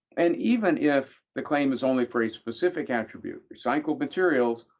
and even if the claim is only for a specific attribute, recycled materials,